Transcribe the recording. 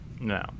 no